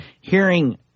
hearing